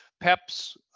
PEPs